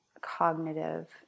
cognitive